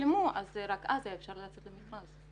הושלמו רק אז היה אפשר לצאת למכרז.